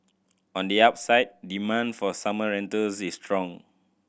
on the upside demand for summer rentals is strong